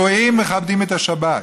הגויים מכבדים את השבת.